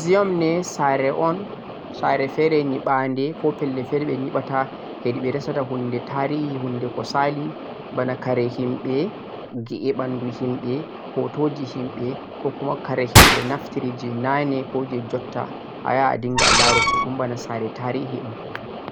museum ni saare on saare fere nyibade ko pellel fere beh nyibata hedi beh resata hunde tarihi hunde ko saali bana kare himbe ghi'e mbandu himbe hotoji himbe ko kuma kare himbe naftiri jeh naane ko jeh jotta a yaha a dinga laruugo don bana saare tarihi on